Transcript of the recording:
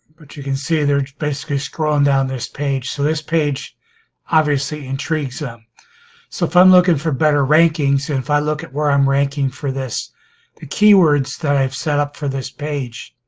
but you can see they're basically scrolling down this page so this page obviously intrigues them so if i'm looking for better rankings and if i look at where i'm ranking for this the keywords that i've set up for this page